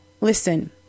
listen